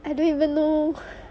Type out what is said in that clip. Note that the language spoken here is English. I don't even know